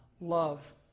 Love